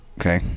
okay